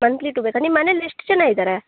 monthly too ಬೇಕಾ ನಿಮ್ಮ ಮನೇಲ್ಲಿ ಎಷ್ಟು ಜನ ಇದ್ದಾರೆ